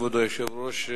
כבוד היושב-ראש,